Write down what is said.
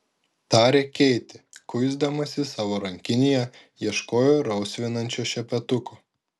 tarė keitė kuisdamasi savo rankinėje ieškojo rausvinančio šepetuko